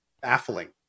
baffling